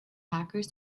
hackers